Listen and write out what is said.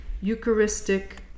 Eucharistic